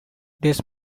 this